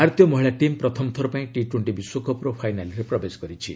ଭାରତୀୟ ମହିଳା ଟିମ୍ ପ୍ରଥମଥର ପାଇଁ ଟି ଟୋଙ୍କି ବିଶ୍ୱକପ୍ର ଫାଇନାଲ୍ରେ ପ୍ରବେଶ କରିଛି